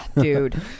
Dude